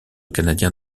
canadien